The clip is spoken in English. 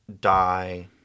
die